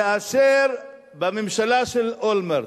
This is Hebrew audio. אני לא יכול כי אני, בממשלה של אולמרט,